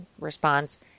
responds